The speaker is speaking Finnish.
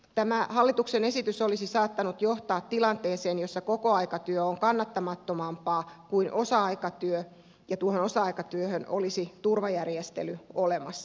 tämä hallituksen esitys olisi saattanut johtaa tilanteeseen jossa kokoaikatyö on kannattamattomampaa kuin osa aikatyö ja tuohon osa aikatyöhön olisi turvajärjestely olemassa